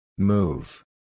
Move